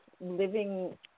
living